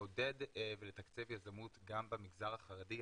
לעודד ולתקצב יזמות טכנולוגית גם במגזר החרדי.